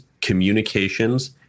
communications